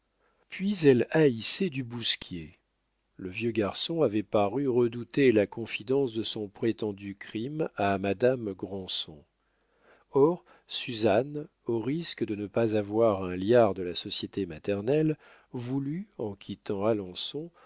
puis elle haïssait du bousquier le vieux garçon avait paru redouter la confidence de son prétendu crime à madame granson or suzanne au risque de ne pas avoir un liard de la société maternelle voulut en quittant alençon